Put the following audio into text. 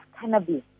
cannabis